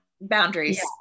boundaries